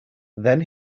then